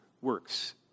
works